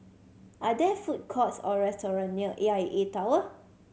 are there food courts or restaurant near A I A Tower